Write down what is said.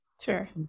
Sure